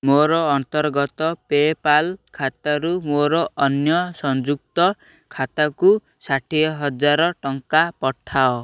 ମୋର ଅନ୍ତର୍ଗତ ପେପାଲ୍ ଖାତାରୁ ମୋର ଅନ୍ୟ ସଂଯୁକ୍ତ ଖାତାକୁ ଷାଠିହଜାର ଟଙ୍କା ପଠାଅ